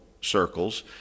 circles